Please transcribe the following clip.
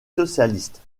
socialistes